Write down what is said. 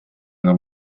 una